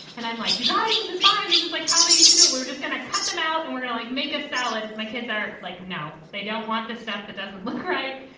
and i'm like, you guys, this is fine. this is like how they used to do it. we were just going to cut them out and we're going to, like, make a salad. my kids are like, no, they don't want the stuff that doesn't look right.